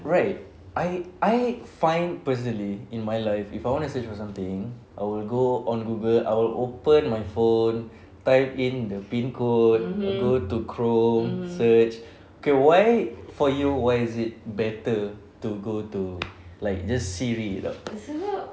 alright I I find personally in my life if I want to search for something I will go on google I will open my phone type in the pin code go to chrome search okay why for you why is it better to go to like just SIRI